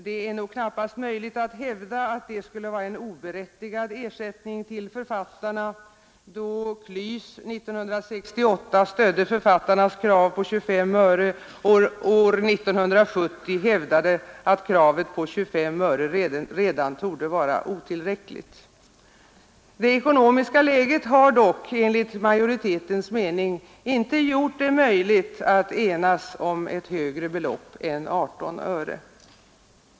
Det är nog knappast möjligt att hävda att detta skulle vara en oberättigad ersättning till författarna, då KLYS 1968 stödde författarnas krav på 25 öre och år 1970 hävdade att kravet på 25 öre redan torde vara otillräckligt. Enligt majoritetens mening har dock det ekonomiska läget inte gjort det möjligt att enas om högre belopp än 18 öre.